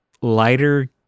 lighter